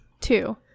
Two